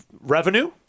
revenue